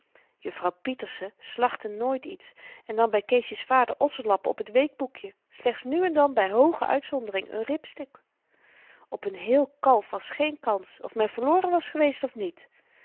juffrouw pietersen slachtte nooit iets en nam by keesje's vader osselappen op t weekboekje slechts nu en dan by hooge uitzondering n ribstuk op n heel kalf was geen kans of men verloren was geweest of niet